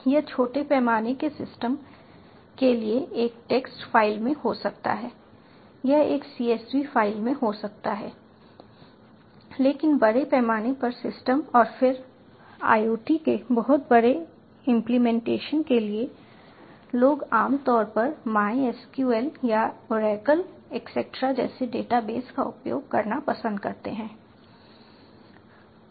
यह छोटे पैमाने के सिस्टम के लिए एक टेक्स्ट फ़ाइल में हो सकता है यह एक csv फ़ाइल में हो सकता है लेकिन बड़े पैमाने पर सिस्टम और फिर IoT के बहुत बड़े इंप्लीमेंटेशन के लिए लोग आमतौर पर MySQL या Oracle एक्सेटेरा जैसे डेटा बेस का उपयोग करना पसंद करते हैं